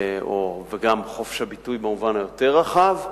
וגם חופש הביטוי במובן היותר רחב,